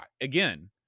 again